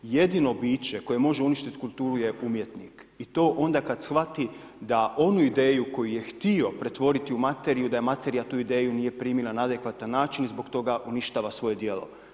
Jedino biće koje može uništiti kulturu je umjetnik i to onda kad shvati da onu ideju koju je htio pretvoriti u materiju, da materija tu ideju nije primila na adekvatan način i zbog toga uništava svoje djelo.